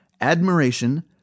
admiration